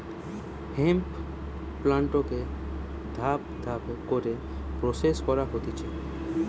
hemp প্লান্টকে ধাপ ধাপ করে প্রসেস করা হতিছে